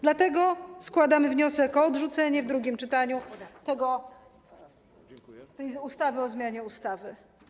Dlatego składamy wniosek o odrzucenie w drugim czytaniu tej ustawy o zmianie ustawy.